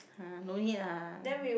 !huh! no need ah